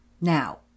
Now